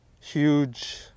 huge